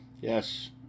Yes